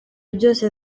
byose